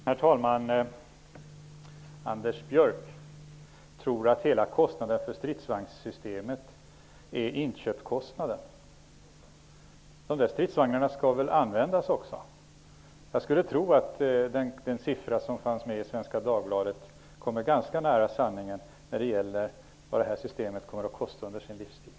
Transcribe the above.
Herr talman! Anders Björck tror att hela kostnaden för stridsvagnssystemet är inköpskostnaden. Men stridsvagnarna skall väl användas också? Jag skulle tro att den siffra som stod i Svenska Dagbladet ligger sanningen ganska nära när det gäller vad systemet kommer att kosta under sin livstid.